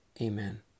Amen